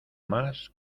más